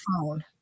phone